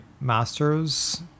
master's